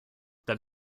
that